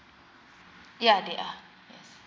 yeah they are yes